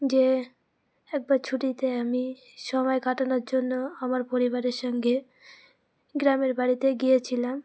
যে একবার ছুটিতে আমি সময় কাটানোর জন্য আমার পরিবারের সঙ্গে গ্রামের বাড়িতে গিয়েছিলাম